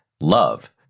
love